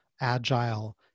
agile